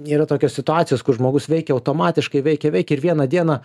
yra tokios situacijos kur žmogus veikia automatiškai veikia veikia ir vieną dieną